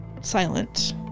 silent